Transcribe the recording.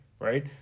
right